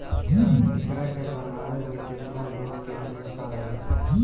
एकरा के बनावे में केतना लोग के हिस्सा रही